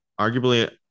Arguably